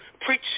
preach